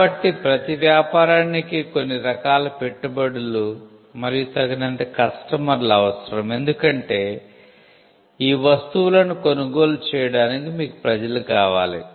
కాబట్టి ప్రతి వ్యాపారానికి కొన్ని రకాల పెట్టుబడులు మరియు తగినంత కస్టమర్లు అవసరం ఎందుకంటే ఈ వస్తువులను కొనుగోలు చేయడానికి మీకు ప్రజలు కావాలి